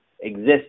exist